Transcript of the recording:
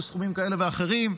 פלוס סכומים כאלה ואחרים,